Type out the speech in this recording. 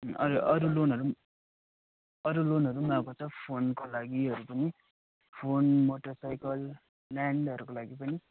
अरू अरू लोनहरू पनि अरू लोनहरू पनि अब त फोनको लागिहरू पनि फोन मोटरसाइकल ल्यान्डहरूको लागि पनि